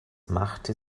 machte